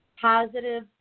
positive